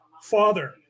Father